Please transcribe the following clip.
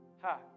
ha